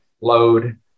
load